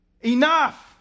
Enough